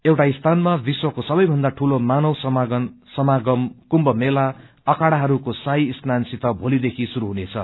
एउटा स्थानमा विश्वको सबैभन्दा ठूलो मानव समागम कुम्भ मेला अखाड़ाहरूको शाही स्नान सित भोली देखि शुरू हुनेछ